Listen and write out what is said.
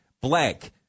blank